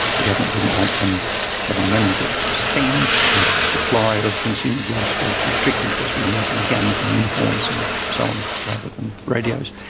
the government didn't want them having money to spend. the supply of consumer goods was restricted because we were making guns and uniforms and so on rather than radios.